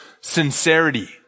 sincerity